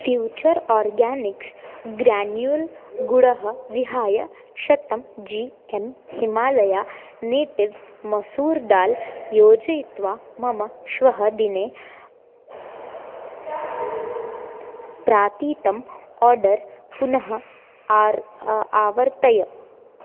future organics granule गुडः विहाय शतं जी एं हिमालया नेटिव्स् मसूर् दाल् योजयित्वा मम श्वः दिने प्रापितम् आर्डर् पुनः आर् आवर्तय